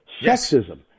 sexism